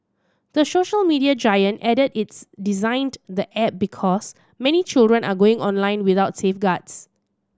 the social media giant added its designed the app because many children are going online without safeguards